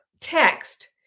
text